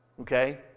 Okay